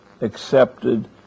accepted